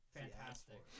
fantastic